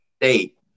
State